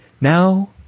Now